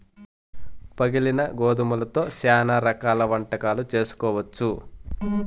పగిలిన గోధుమలతో శ్యానా రకాల వంటకాలు చేసుకోవచ్చు